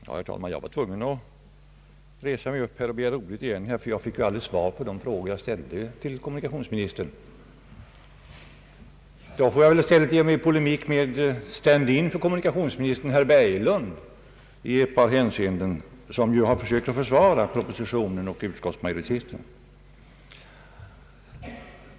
Herr talman! Jag är tvungen att begära ordet igen, ty jag fick aldrig något svar på de frågor jag ställde till kommunikationsministern. Då får jag i stället ge mig ut i polemik med kommunikationsministerns stand in, herr Berglund, som ju har försökt försvara propositionen och utskottsmajoriteten.